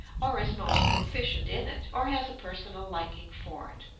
or is most proficient in it, or has a personal liking for it.